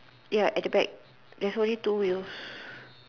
ya at the back there's only two wheels